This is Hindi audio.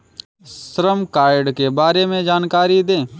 श्रम कार्ड के बारे में जानकारी दें?